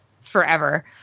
forever